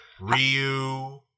Ryu